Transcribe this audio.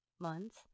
months